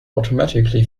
automatically